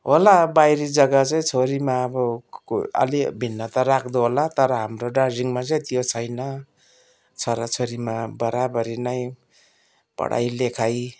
होला बाहिरी जग्गा चाहिँ छोरीमा अब अलि भिन्नता राख्दो होला तर हाम्रो दार्जिलिङमा चाहिँ त्यो छैन छोराछोरीमा बराबरी नै पढाइ लेखाइ